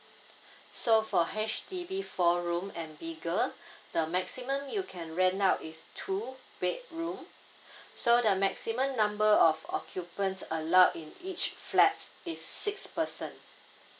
so for H_D_B four room and bigger the maximum you can rent out is two bedroom so the maximum number of occupants allowed in each flats is six person